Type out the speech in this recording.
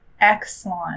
excellent